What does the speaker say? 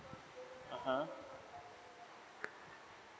mmhmm